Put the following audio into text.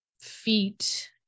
feet